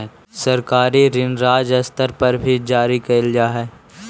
सरकारी ऋण राज्य स्तर पर भी जारी कैल जा हई